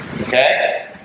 Okay